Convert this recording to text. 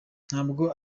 ntabwo